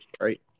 right